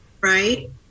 right